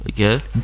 Okay